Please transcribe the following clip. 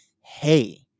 hey